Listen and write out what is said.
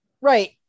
right